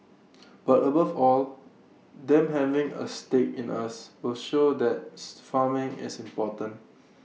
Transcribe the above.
but above all them having A stake in us will show that's farming is important